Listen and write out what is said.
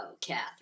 Catherine